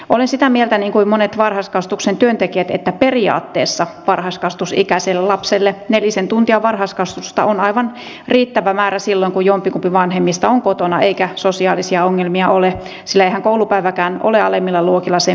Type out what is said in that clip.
olen sitä mieltä niin kuin monet varhaiskasvatuksen työntekijät että periaatteessa varhaiskasvatusikäiselle lapselle nelisen tuntia varhaiskasvatusta on aivan riittävä määrä silloin kun jompikumpi vanhemmista on kotona eikä sosiaalisia ongelmia ole sillä eihän koulupäiväkään ole alemmilla luokilla sen pidempi